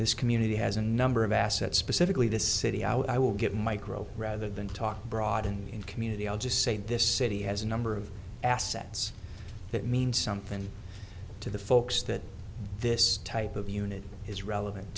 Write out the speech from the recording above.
this community has a number of assets specifically the city i will get micro rather than talk broad and in community i'll just say this city has a number of assets that means something to the folks that this type of unit is relevant